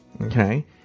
Okay